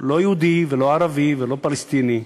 לא יהודי, ולא ערבי, ולא פלסטיני,